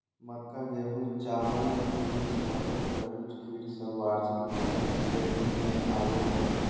मक्का, गेहूं, चावल, बींस, मटर, तरबूज, खीर सब वार्षिक पौधा के श्रेणी मे आवो हय